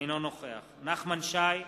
אינו נוכח נחמן שי,